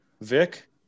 Vic